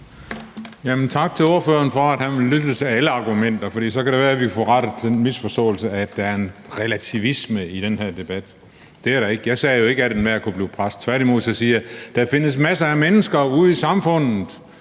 Tak til ordføreren for, at han vil lytte til alle argumenter, for så kan det være, at vi får rettet den misforståelse, at der er en relativisme i den her debat. Det er der ikke. Jeg sagde jo ikke, at enhver kunne blive præst – tværtimod siger jeg, at der findes masser af mennesker ude i samfundet,